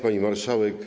Pani Marszałek!